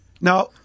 Now